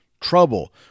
trouble